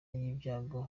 n’ibyago